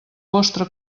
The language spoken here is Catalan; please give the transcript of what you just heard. vostre